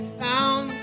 found